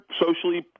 socially